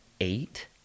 eight